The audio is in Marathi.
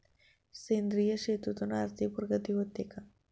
सेंद्रिय शेतीतून आर्थिक प्रगती होते का?